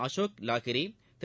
அசோக் லாகிரி திரு